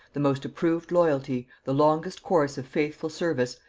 the most approved loyalty, the longest course of faithful service,